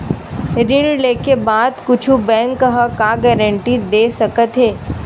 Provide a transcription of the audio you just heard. ऋण लेके बाद कुछु बैंक ह का गारेंटी दे सकत हे?